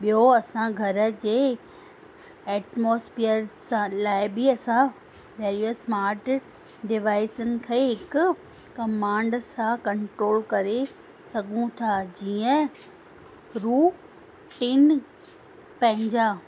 ॿियो असां घर जे एटमॉस्फेयर सां लाइ बि असां हे इयो स्मार्ट डिवाइजन खे हिकु कमांड सां कंट्रोल करे सघूं था जीअं रूटीन पंहिंजा